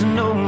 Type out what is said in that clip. no